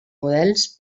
models